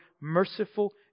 merciful